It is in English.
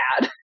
bad